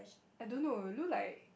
I don't know look like